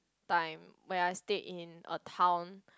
time where I stayed in a town